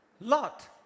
Lot